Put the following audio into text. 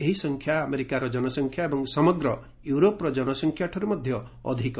ଏହି ସଂଖ୍ୟା ଆମେରିକାର ଜନସଂଖ୍ୟା ଏବଂ ସମଗ୍ର ୟୁରୋପର ଜନସଂଖ୍ୟାଠାରୁ ଅଧିକ